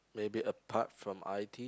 maybe apart from i_t